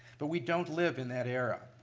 but we don't live in that era.